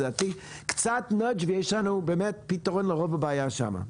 לדעתי קצת דחיפה ויש לנו באמת פיתרון לרוב הבעיה שם.